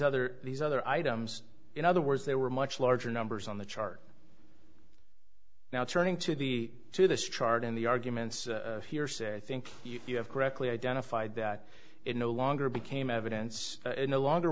other these other items in other words they were much larger numbers on the chart now turning to the to this chart and the arguments here say i think you have correctly identified that it no longer became evidence no longer